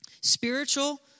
Spiritual